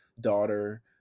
daughter